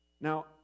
Now